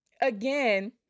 again